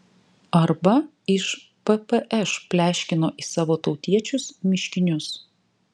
arba iš ppš pleškino į savo tautiečius miškinius